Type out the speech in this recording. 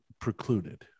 precluded